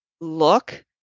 look